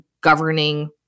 governing